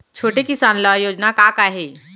छोटे किसान ल योजना का का हे?